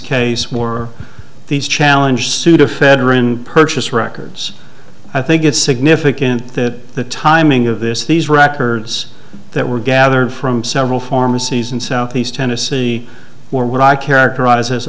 case more these challenge pseudoephedrine purchase records i think it's significant that the timing of this these records that were gathered from several pharmacies in southeast tennessee were what i characterize as